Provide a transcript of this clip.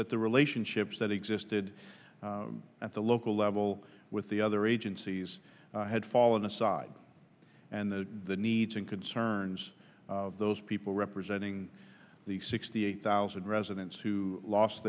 that the relationships that existed at the local level with the other agencies had fallen aside and the needs and concerns of those people representing the sixty eight thousand residents who lost